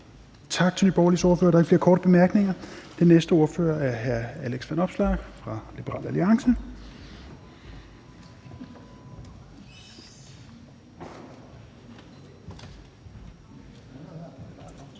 Tak til Nye Borgerliges ordfører. Der er ikke flere korte bemærkninger. Den næste ordfører er hr. Alex Vanopslagh fra Liberal Alliance.